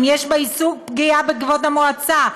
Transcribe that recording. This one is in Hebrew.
אם יש בעיסוק פגיעה בכבוד המועצה.